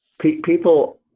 people